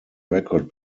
record